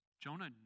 Jonah